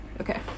okay